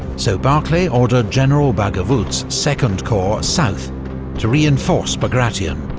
so barclay ordered general baggovut's second corps south to reinforce bagration.